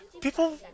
people